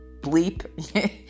bleep